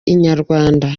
inyarwanda